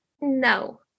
No